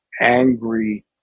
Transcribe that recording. angry